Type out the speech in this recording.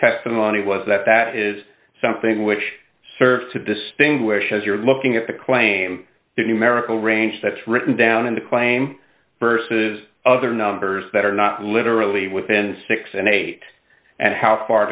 testimony was that that is something which serves to distinguish as you're looking at the claim the numerical range that's written down in the claim versus other numbers that are not literally within six dollars and eight dollars and how far